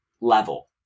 level